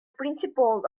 principle